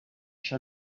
això